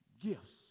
gifts